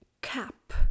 cap